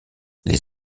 les